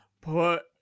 Put